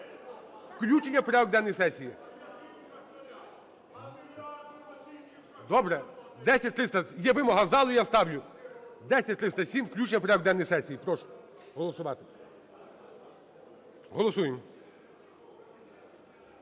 Включення у порядок денної сесії. Добре. 10307… Є вимога залу, я ставлю. 10307 – включення у порядок денний сесії. Прошу голосувати. Голосуємо.